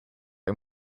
and